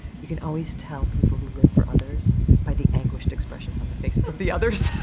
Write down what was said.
you can always tell people who live for others by the anguished expressions on the faces of the others.